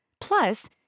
Plus